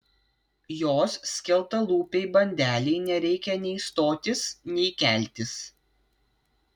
jos skeltalūpei bandelei nereikia nei stotis nei keltis